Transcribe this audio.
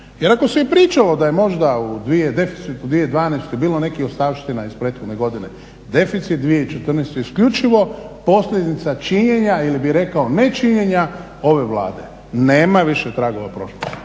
Jer ako se i pričalo da je možda u deficitu 2012. bilo nekih ostavština iz prethodne godine, deficit 2014. isključivo posljedica činjenja ili bi rekao nečinjenja ove Vlade. Nema više tragova prošlosti.